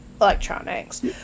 electronics